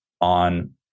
on